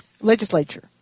Legislature